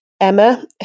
Emma